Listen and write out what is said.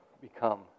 become